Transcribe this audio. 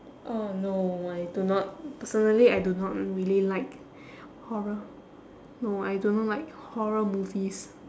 oh no I do not certainly I do not really like horror no I do not like horror movies